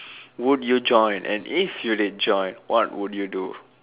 would you join and if you did join what would you do